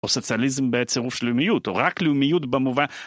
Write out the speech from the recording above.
או סוציאליזם בצירוף של לאומיות, או רק לאומיות במובן.